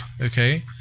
okay